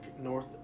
north